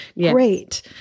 Great